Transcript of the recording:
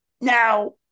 Now